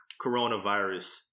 coronavirus